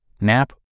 nap